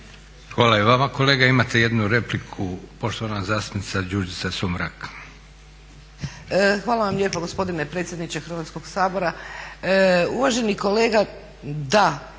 Hvala i vama kolega. Imate jednu repliku poštovana zastupnica Đurđica Sumrak. **Sumrak, Đurđica (HDZ)** Hvala vam lijepa gospodine predsjedniče Hrvatskog sabora. Uvaženi kolega, da